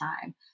time